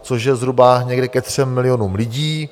Což je zhruba někde ke třem milionům lidí.